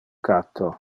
catto